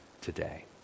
today